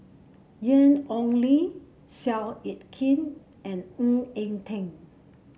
Ian Ong Li Seow Yit Kin and Ng Eng Teng